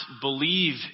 believe